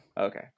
Okay